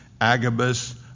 Agabus